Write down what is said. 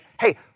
hey